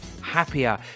happier